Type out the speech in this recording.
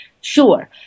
sure